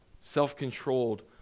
self-controlled